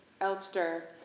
Elster